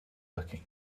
looking